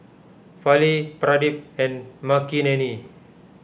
Fali Pradip and Makineni